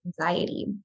anxiety